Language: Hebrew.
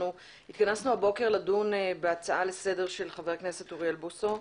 התכנסנו הבוקר לדון בהצעה לסדר של חבר הכנסת אוריאל בוסו.